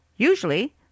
Usually